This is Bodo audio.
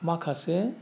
माखासे